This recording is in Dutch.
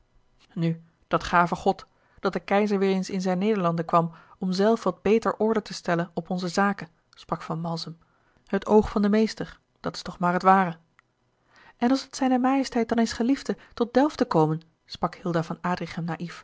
nu dat gave god dat de keizer weêr eens in zijne nederlanden kwam om zelf wat beter order te stellen op onze zaken sprak van malsem het oog van den meester dat is toch maar het ware en als t zijne majesteit dan eens geliefde tot delft te komen sprak